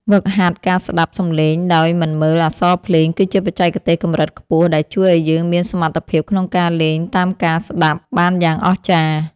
ហ្វឹកហាត់ការស្ដាប់សម្លេងដោយមិនមើលអក្សរភ្លេងគឺជាបច្ចេកទេសកម្រិតខ្ពស់ដែលជួយឱ្យយើងមានសមត្ថភាពក្នុងការលេងតាមការស្ដាប់បានយ៉ាងអស្ចារ្យ។